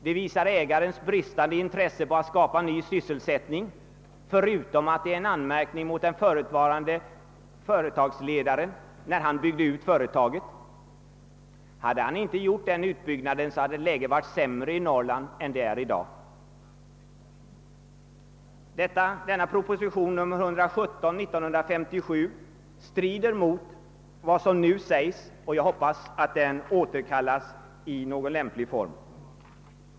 Det visar ägarens bristande intresse för att skapa ny sysselsättning, samtidigt som det innebär en anmärkning mot den förutvarande företagsledaren för att han byggde ut företaget. Om han inte hade gjort denna utbyggnad, hade läget varit sämre i Norrland än det är i dag. Denna proposition 1957:117 strider mot vad som nu sägs, och jag hoppas att den återkallas i någon lämplig form.